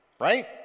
Right